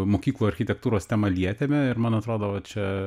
mokyklų architektūros temą lietėme ir man atrodo va čia